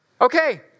Okay